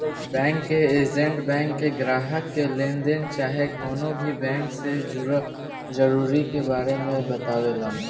bank के agent bank के ग्राहक के लेनदेन चाहे कवनो भी बैंक से जुड़ल जरूरत के बारे मे बतावेलन